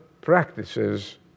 practices